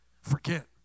forget